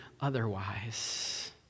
otherwise